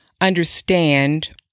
understand